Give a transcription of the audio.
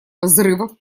взрывов